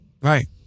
Right